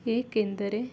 ಏಕೆಂದರೆ